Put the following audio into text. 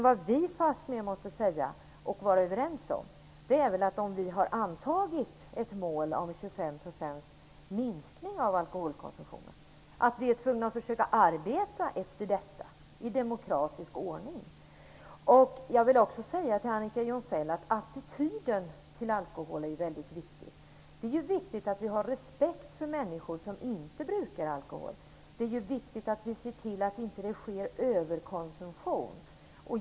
Vad vi fastmer måste säga och vara överens om är, att om vi har antagit ett mål om en 25-procentig minskning av alkoholkonsumtionen är vi också tvungna att försöka arbeta efter detta i demokratisk ordning. Jag vill också säga till Annika Jonsell att attityden till alkohol är väldigt viktig. Det är viktigt att vi har respekt för människor som inte brukar alkohol. Det är viktigt att vi ser till att det inte sker överkonsumtion.